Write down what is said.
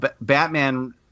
Batman